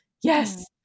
Yes